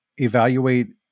evaluate